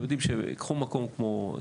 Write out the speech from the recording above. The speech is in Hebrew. תמיד חיברו אותם כמו שצריך.